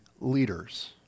leaders